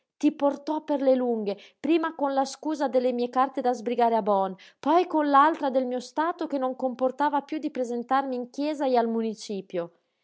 ti portò per le lunghe prima con la scusa delle mie carte da sbrigare a bonn poi con l'altra del mio stato che non comportava piú di presentarmi in chiesa e al municipio